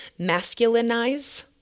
masculinize